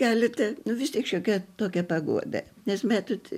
galite nu vis tiek šiokia tokia paguoda nes matot